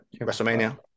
WrestleMania